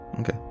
Okay